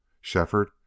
Shefford